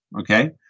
Okay